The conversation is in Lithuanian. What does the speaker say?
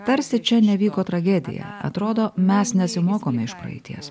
tarsi čia nevyko tragedija atrodo mes nesimokome iš praeities